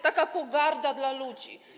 taka pogarda dla ludzi.